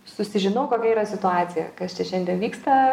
susižinau kokia yra situacija kas čia šiandien vyksta